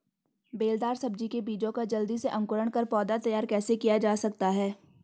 बेलदार सब्जी के बीजों का जल्दी से अंकुरण कर पौधा तैयार कैसे किया जा सकता है?